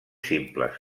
simples